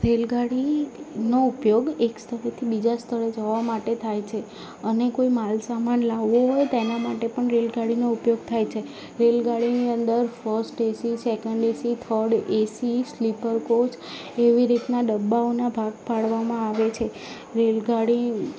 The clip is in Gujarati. રેલગાડીનો ઉપયોગ એક સ્થળેથી બીજા સ્થળે જવા માટે થાય છે અને કોઈ માલ સામાન લાવવું હોય તો એના માટે પણ રેલગાડીનો ઉપયોગ થાય છે રેલગાડીની અંદર first AC second AC third AC sleeper coach એવી રીતના ડબ્બાઓના ભાગ પાડવામાં આવે છે રેલગાડી